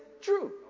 true